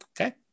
Okay